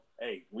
hey